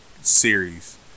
series